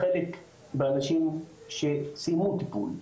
החלק באנשים שסיימו טיפול.